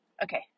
Okay